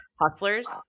Hustlers